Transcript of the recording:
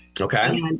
Okay